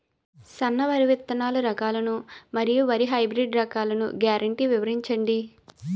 సన్న వరి విత్తనాలు రకాలను మరియు వరి హైబ్రిడ్ రకాలను గ్యారంటీ వివరించండి?